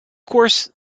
course